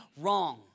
Wrong